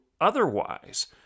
otherwise